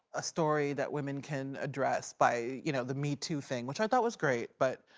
a story that women can address by you know, the me too thing. which i thought was great. but,